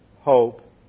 hope